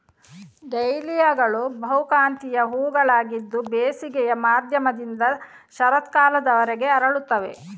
ಡಹ್ಲಿಯಾಗಳು ಬಹುಕಾಂತೀಯ ಹೂವುಗಳಾಗಿದ್ದು ಬೇಸಿಗೆಯ ಮಧ್ಯದಿಂದ ಶರತ್ಕಾಲದವರೆಗೆ ಅರಳುತ್ತವೆ